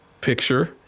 picture